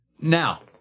Now